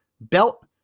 belt